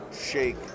shake